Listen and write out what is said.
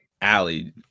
Allie